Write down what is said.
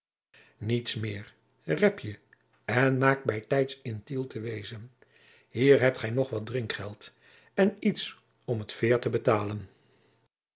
niets meer rep je en maak bij tijds in tiel te wezen hier hebt gij nog wat drinkgeld en iets om het veer te betalen